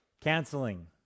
canceling